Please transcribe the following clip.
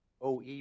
OE